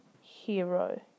hero